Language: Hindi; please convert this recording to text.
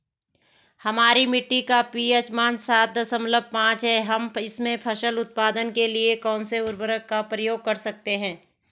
हमारी मिट्टी का पी.एच मान सात दशमलव पांच है हम इसमें फसल उत्पादन के लिए कौन से उर्वरक का प्रयोग कर सकते हैं?